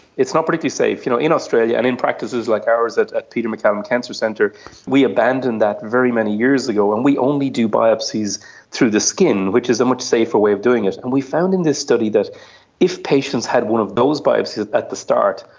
it's not particularly safe. you know in australia and in practices like ours at at peter maccallum cancer centre we abandoned that very many years ago and we only do biopsies through the skin, which is a much safer way of doing it. and we found in this study that if patients had one of those biopsies at the start,